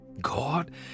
God